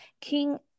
king